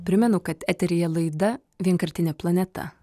primenu kad eteryje laida vienkartinė planeta